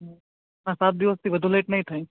હં હા સાત દિવસથી વધુ લેટ નહીં થાય